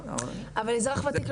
אבל האזרח וותיק,